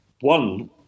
one